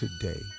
today